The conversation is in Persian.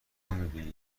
میدونی